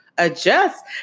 adjust